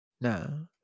No